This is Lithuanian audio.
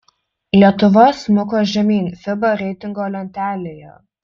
lietuva smuko žemyn fiba reitingo lentelėje